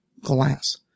glass